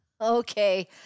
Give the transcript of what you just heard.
Okay